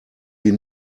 sie